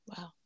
Wow